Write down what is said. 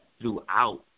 throughout